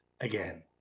again